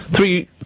Three